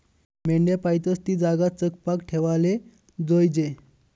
मेंढ्या पायतस ती जागा चकपाक ठेवाले जोयजे